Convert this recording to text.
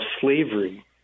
slavery